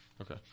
Okay